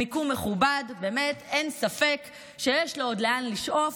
מיקום מכובד, באמת, אין ספק שיש לו עוד לאן לשאוף,